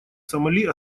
сомали